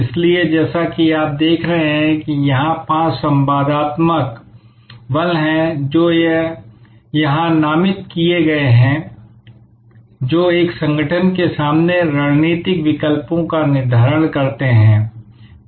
इसलिए जैसा कि आप देख रहे हैं कि यहां पांच संवादात्मक बल हैं जो यहां नामित किए गए हैं जो एक संगठन के सामने रणनीतिक विकल्पों का निर्धारण करते हैं